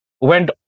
went